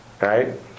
Right